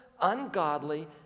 ungodly